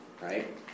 Right